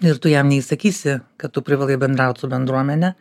ir tu jam neįsakysi kad tu privalai bendraut su bendruomene